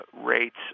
rates